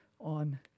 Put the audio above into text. on